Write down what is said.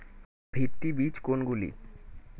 ভিত্তি বীজ কোনগুলি?